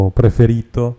preferito